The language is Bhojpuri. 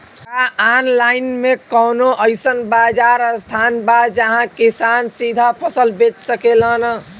का आनलाइन मे कौनो अइसन बाजार स्थान बा जहाँ किसान सीधा फसल बेच सकेलन?